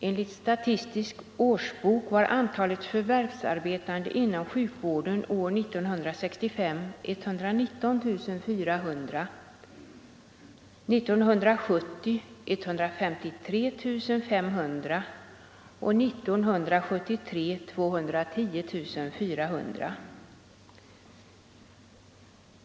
Enligt Statistisk årsbok var antalet förvärvsarbetande inom sjukvården år 1965 119 400, år 1970 153 500 och år 1973 210 400.